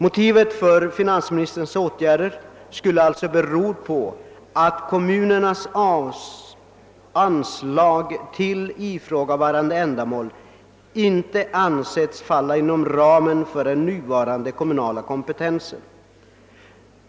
Motivet för finansministerns åtgärd skulle alltså vara att kommunernas anslag till ifrågavarande ändamål inte ansetts falla inom ramen för den nuvarande kommunala kompetensen.